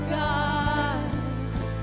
god